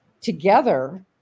together